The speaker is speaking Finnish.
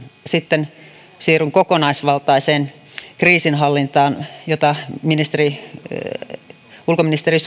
sitten siirryn kokonaisvaltaiseen kriisinhallintaan jota ulkoministeri